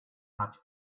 much